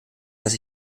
dass